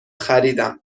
خریدم